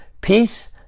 peace